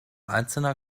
einzelner